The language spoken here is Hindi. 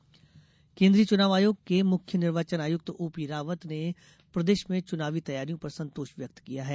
चुनाव आयोग केन्द्रीय चुनाव आयोग के मुख्य निर्वाचन आयुक्त ओपी रावत ने प्रदेश में चुनावी तैयारियों पर संतोष व्यक्त किया है